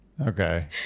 Okay